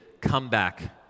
comeback